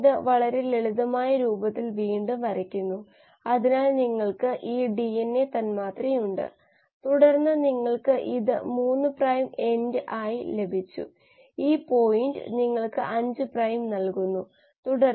ഇത് glycolysis glucose glucose glucose 6 ഫോസ്ഫേറ്റിലേക്ക് പോകുന്നു ഫ്രക്ടോസ് 6 ഫോസ്ഫേറ്റ് ഫോസ്ഫോഈനോൾ പൈറുവേറ്റ് മുതൽ പൈറുവേറ്റ് വരെ